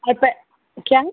होता है क्या है